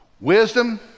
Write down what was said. Wisdom